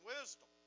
wisdom